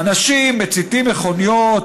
אנשים המציתים מכוניות,